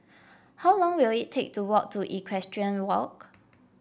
how long will it take to walk to Equestrian Walk